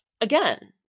again